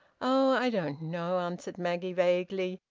oh! i don't know, answered maggie vaguely.